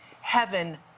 heaven